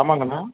ஆமாங்க அண்ணா